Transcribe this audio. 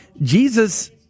Jesus